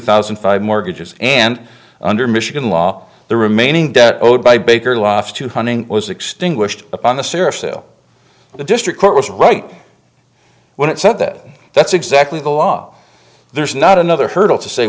thousand and five mortgages and under michigan law the remaining debt owed by baker to hunting was extinguished upon the cirrus l the district court was right when it said that that's exactly the law there's not another hurdle to say